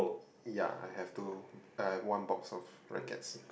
ya I have two I have one box of rackets